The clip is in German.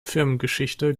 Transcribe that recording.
firmengeschichte